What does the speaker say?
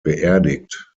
beerdigt